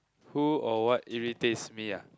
who or what irritates me ah